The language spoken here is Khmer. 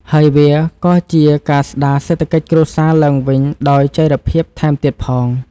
ហើយវាក៏ជាការស្តារសេដ្ឋកិច្ចគ្រួសារឡើងវិញដោយចីរភាពថែមទៀតផង។